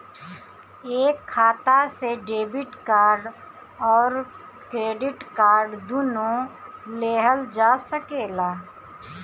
एक खाता से डेबिट कार्ड और क्रेडिट कार्ड दुनु लेहल जा सकेला?